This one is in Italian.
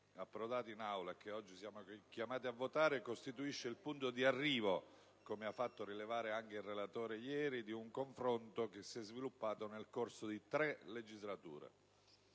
approdato in Aula e che oggi siamo chiamati a votare costituisce il punto di arrivo, come ha fatto rilevare anche il relatore ieri, di un confronto che si è sviluppato nel corso di tre legislature.